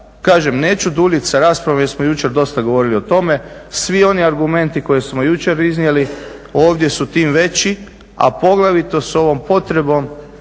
kažem neću duljiti sa raspravom jer smo jučer dosta govorili o tome. Svi oni argumenti koje smo jučer iznijeli ovdje su tim veći a poglavito sa ovom potrebom